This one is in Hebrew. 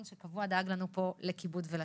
שבאופן קבוע דאג לנו פה לכיבוד ולשתייה.